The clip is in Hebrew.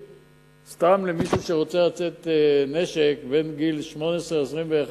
סתם למישהו שרוצה לשאת נשק בין גיל 18 ל-21,